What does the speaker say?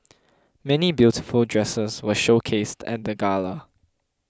many beautiful dresses were showcased at the gala